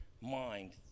mind